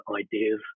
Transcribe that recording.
ideas